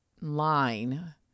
line